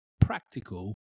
practical